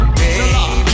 baby